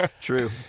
true